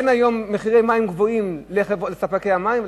אין היום מחירי מים גבוהים לספקי המים,